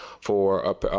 for